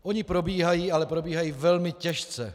Ony probíhají, ale probíhají velmi těžce.